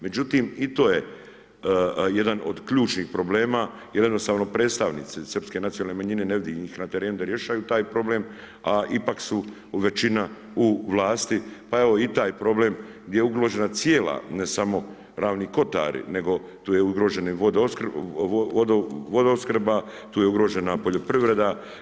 Međutim i to je jedan od ključnih problema, jer jednostavno predstavnici srpske nacionalne manjine ne vidim ih na terenu da rješaju taj problem, a ipak su većina u vlasti, pa evo i taj problem gdje je ugrožena cijela ne samo Ravni kotari, nego tu je ugrožena vodoopskrba, tu je ugrožena poljoprivreda.